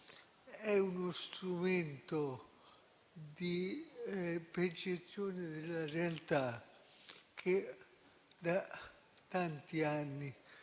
È uno strumento di percezione della realtà che da tanti anni